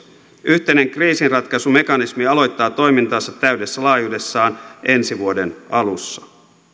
yhteinen kriisinratkaisumekanismi aloittaa toimintansa täydessä laajuudessaan ensi vuoden alussa